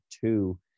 two